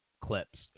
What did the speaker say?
clips